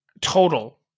Total